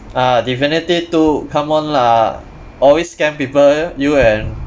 ah divinity two come on lah always scam people you and